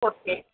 okay